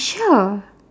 sure